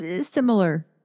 Similar